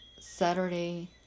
Saturday